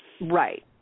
Right